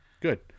good